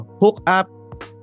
Hookup